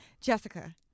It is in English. Jessica